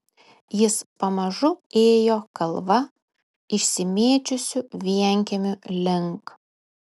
jis pamažu ėjo kalva išsimėčiusių vienkiemių link